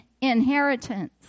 inheritance